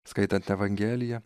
skaitant evangeliją